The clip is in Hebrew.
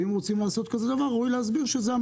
ואם רוצים לעשות כזה דבר ראוי להסביר שזו.